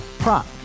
Prop